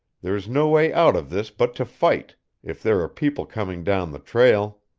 there is no way out of this but to fight if there are people coming down the trail.